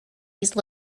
these